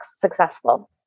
successful